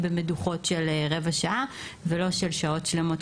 במדוכות של רבע שעה ולא של שעות שלמות,